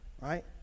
right